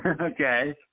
Okay